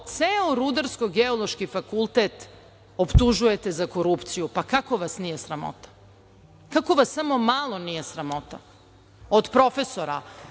ceo Rudarsko-geološki fakultet optužujte za korupciju, pa kako vas nije sramota? Kako vam samo malo nije sramota od profesora,